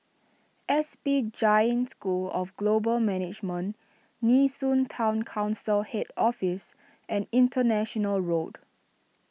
S P Jain School of Global Management Nee Soon Town Council Head Office and International Road